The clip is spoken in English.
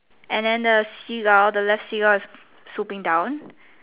and then the Seagull the left Seagull is swooping down